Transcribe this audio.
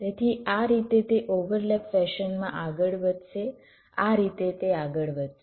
તેથી આ રીતે તે ઓવરલેપ ફેશનમાં આગળ વધશે આ રીતે તે આગળ વધશે